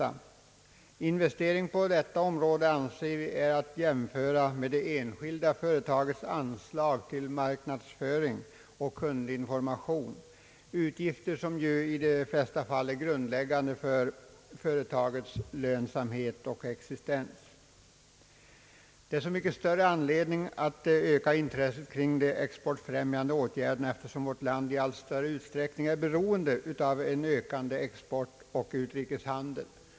Investeringar på detta område anser vi är att jämföra med det enskilda företagets anslag till marknadsföring och kundinformation, utgifter som ju i de flesta fall är grundläggande för företagets lönsamhet och existens. Det är så mycket större anledning att öka intresset för de exportfrämjande åtgärderna som vårt land i allt större utsträckning är beroende av en ökande export och utrikeshandel.